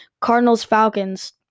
Cardinals-Falcons